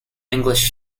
english